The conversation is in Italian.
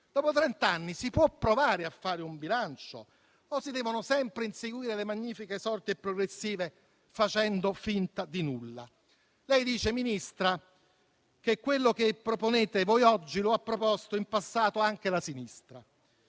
Dopo trent'anni si può provare a fare un bilancio o si devono sempre inseguire le magnifiche sorti e progressive, facendo finta di nulla? Lei, signora Ministra, dice che quello che oggi proponete voi lo ha proposto in passato anche la sinistra.